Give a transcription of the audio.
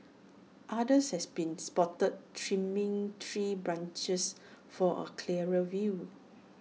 others has been spotted trimming tree branches for A clearer view